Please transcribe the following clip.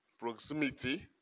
proximity